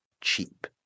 cheap